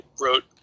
wrote